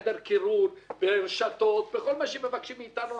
בחדר קירור, ברשתות, בכל מה שמבקשים מאיתנו.